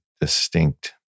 distinct